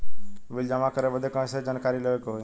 Bill जमा करे बदी कैसे जानकारी लेवे के होई?